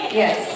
yes